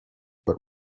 but